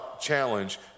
challenge